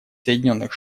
соединенных